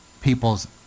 people's